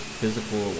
physical